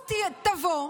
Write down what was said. תבוא,